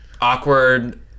awkward